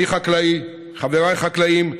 אני חקלאי, חבריי חקלאים.